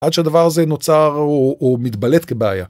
‫עד שהדבר הזה נוצר או מתבלט כבעיה.